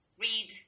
read